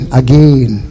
again